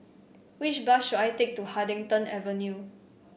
which bus should I take to Huddington Avenue